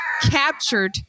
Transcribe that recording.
captured